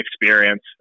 experience